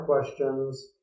questions